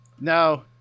no